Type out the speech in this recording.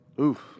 Oof